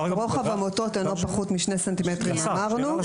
רוחב המוטות אינו פחות משני סנטימטרים ואורכם הכולל,